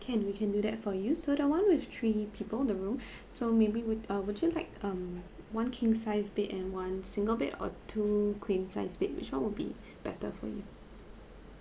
can we can do that for you so the one with three people the room so maybe would uh would you like um one king sized bed and one single bed or two queen sized bed which one will be better for you